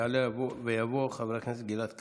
ויעלה ויבוא חבר הכנסת גלעד קריב.